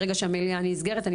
ברגע שהמליאה נפתחת.